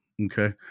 Okay